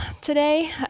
today